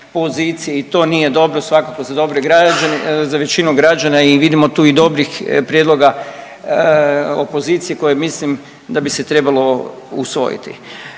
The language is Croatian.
i to nije dobro svakako za većinu građana i vidimo tu i dobrih prijedloga opozicije koje mislim da bi se trebalo usvojiti.